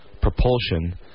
propulsion